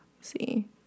see